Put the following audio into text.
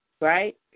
right